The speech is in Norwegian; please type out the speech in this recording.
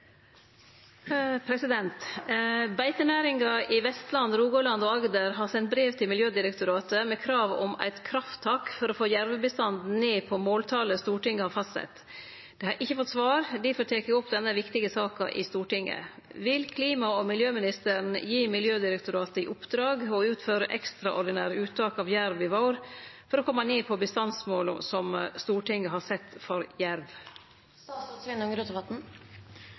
tilbake. «Beitenæringa i Vestland, Rogaland og Agder har sendt brev til Miljødirektoratet med krav om eit krafttak for å få jervebestanden ned på måltalet Stortinget har fastsett. Dei har ikkje fått svar, difor tek eg opp denne viktige saka i Stortinget. Vil klima- og miljøministeren gje Miljødirektoratet i oppdrag å utføre ektraordinære uttak av jerv i vår for å kome ned på bestandsmålet som Stortinget har sett for